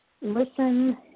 listen